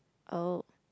oh